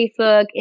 Facebook